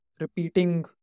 repeating